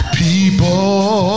people